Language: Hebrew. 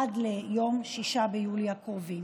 עד ליום 6 ביולי הקרובים.